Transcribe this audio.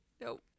Nope